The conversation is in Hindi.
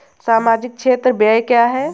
सामाजिक क्षेत्र व्यय क्या है?